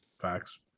Facts